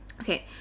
okay